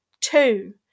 Two